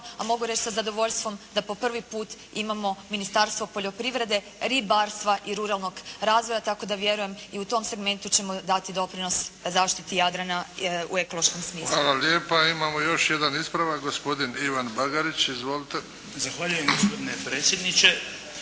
A mogu reći sa zadovoljstvom da po prvi put imamo Ministarstvo poljoprivrede, ribarstva i ruralnog razvoja tako da vjerujem i u tom segmentu ćemo dati doprinos zaštiti Jadrana u ekološkom smislu. **Bebić, Luka (HDZ)** Hvala lijepa. Imamo još jedan ispravak, gospodin Ivan Bagarić. Izvolite1 **Bagarić, Ivan (HDZ)** Zahvaljujem gospodine predsjedniče.